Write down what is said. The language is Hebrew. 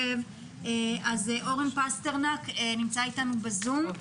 אורן פסטרנק נמצא אתנו בזום,